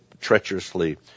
treacherously